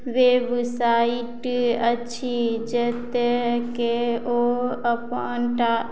website अछि जतऽके ओ अपन डा